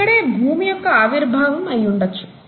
ఇక్కడే భూమి యొక్క ఆవిర్భావం అయ్యి ఉండవచ్చు